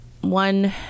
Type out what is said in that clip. One